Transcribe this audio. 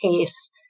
case